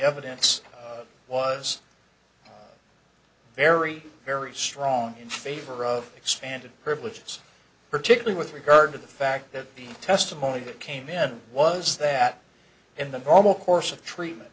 evidence was very very strong in favor of expanded privileges particularly with regard to the fact that the testimony that came in was that in the almost course of treatment